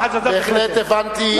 בהחלט הבנתי.